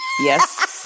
Yes